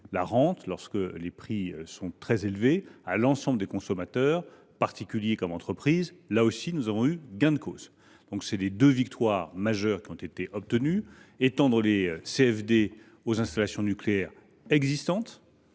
la rente, lorsque les prix sont très élevés, à l’ensemble des consommateurs, particuliers comme entreprises. Là encore, nous avons eu gain de cause. Telles sont les deux victoires majeures que nous avons obtenues : étendre les CFD aux installations nucléaires existantes,